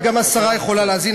גם השרה יכולה להאזין,